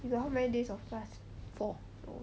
four